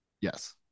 Yes